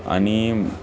आणि